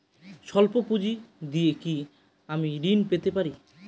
সল্প পুঁজি দিয়ে কি আমি ঋণ পেতে পারি?